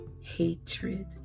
Hatred